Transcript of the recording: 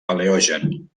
paleogen